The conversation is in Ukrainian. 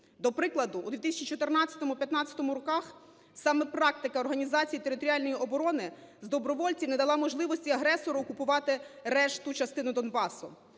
До прикладу, у 2014-15 роках саме практика організації територіальної оборони з добровольців не дала можливості агресору окупувати решту частини Донбасу.